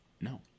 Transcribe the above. no